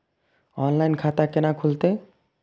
Online खाता केना खुलते?